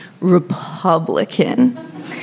Republican